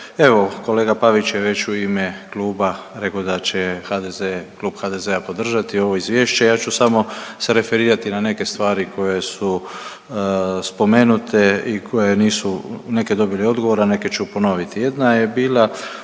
Evo kolega Pavić je već u ime kluba reko da će HDZ, klub HDZ-a podržati ovo izvješće, ja ću samo se referirati na neke stvari koje su spomenute i koje nisu neke dobili odgovor, a neke ću ponoviti. Jedna je bila